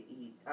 eat